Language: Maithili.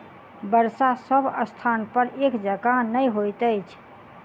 वर्षा सभ स्थानपर एक जकाँ नहि होइत अछि